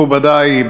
מכובדי,